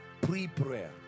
Pre-prayer